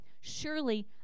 Surely